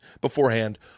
beforehand